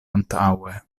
antaŭe